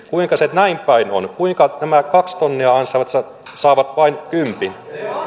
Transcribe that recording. kuinka se näinpäin on kuinka nämä kaksi tonnia ansaitsevat saavat vain kympin